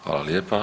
Hvala lijepa.